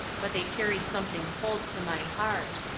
but they carried something cold to my heart.